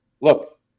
Look